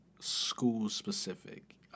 school-specific